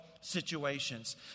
situations